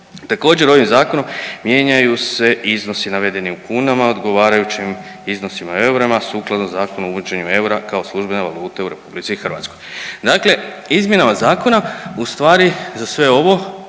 Također ovim zakonom mijenjaju se iznosi navedeni u kunama odgovarajućim iznosima u eurima sukladno Zakonu o uvođenju eura kao službene valute u RH. Dakle izmjenama zakona ustvari za sve ovo